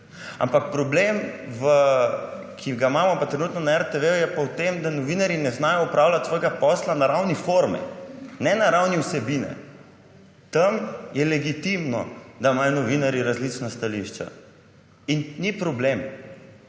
Ampak problem, ki ga imamo trenutno na RTV, je v tem, da novinarji ne znajo opravljati svojega posla na ravni forme, ne na ravni vsebine. Tam je legitimno, da imajo novinarji različna stališča, in ni problem.